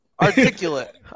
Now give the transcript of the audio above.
articulate